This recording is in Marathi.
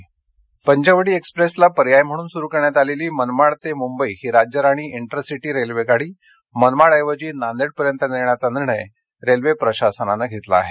रेल्वे नाशिक पंचवटी एक्सप्रेसला पर्याय म्हणून सुरू करण्यात आलेली मनमाड ते मुंबई ही राज्य राणी इंटरसीटी रेल्वेगाडी मनमाड ऐवजी नांदेडपर्यंत नेण्याचा निर्णय रेल्वे प्रशासनाने घेतला आहे